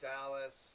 Dallas